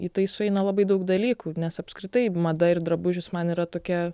į tai sueina labai daug dalykų nes apskritai mada ir drabužius man yra tokia